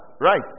right